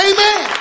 Amen